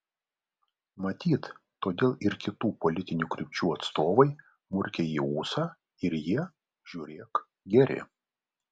matyt todėl ir kitų politinių krypčių atstovai murkia į ūsą ir jie žiūrėk geri